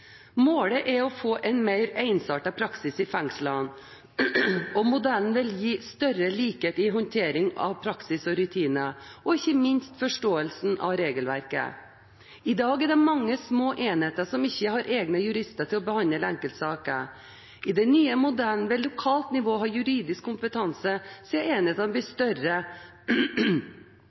Målet er å få en mer ensartet praksis i fengslene, og modellen vil gi større likhet i håndteringen av praksis og rutiner – og ikke minst i forståelsen av regelverket. I dag er det mange små enheter som ikke har egne jurister til å behandle enkeltsaker. I den nye modellen vil lokalt nivå ha juridisk kompetanse siden enhetene blir større.